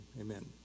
Amen